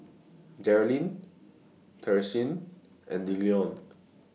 Jerilyn Tishie and Dillon